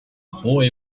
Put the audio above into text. boy